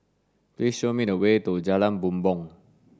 please show me the way to Jalan Bumbong